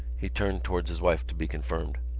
he turned towards his wife to be confirmed.